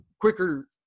quicker